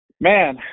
Man